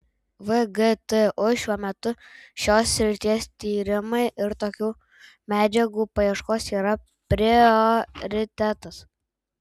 vgtu šiuo metu šios srities tyrimai ir tokių medžiagų paieškos yra prioritetas